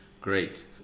Great